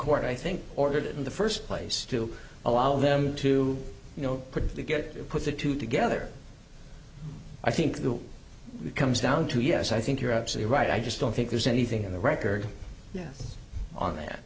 court i think ordered it in the first place to allow them to you know put the get put the two together i think the it comes down to yes i think you're absolutely right i just don't think there's anything in the record on that